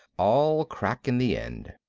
all crack in the end.